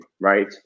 right